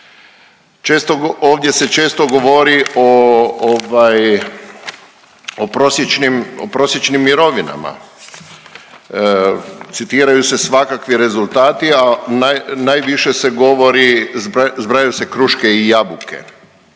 ovaj o prosječnim, o prosječnim mirovinama, citiraju se svakakvi rezultati, a najviše se govori, zbrajaju se kruške i jabuke.